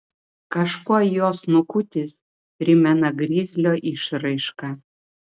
kažkuo jo snukutis primena grizlio išraišką